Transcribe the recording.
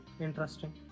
interesting